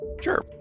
Sure